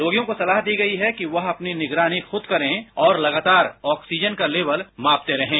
रोगियों को सलाह दी गई है कि वह अपनी निगरानी खुद करें और लगातार ऑक्सीजन का लेवल मापते रहें